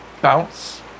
bounce